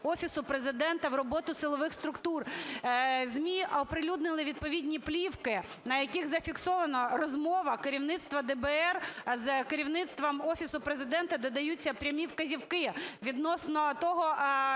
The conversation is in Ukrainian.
Офісу Президента в роботу силових структур. ЗМІ оприлюднили відповідні плівки, на яких зафіксована розмова керівництва ДБР з керівництвом Офісу Президента, де даються прямі вказівки відносно того,